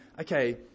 okay